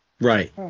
Right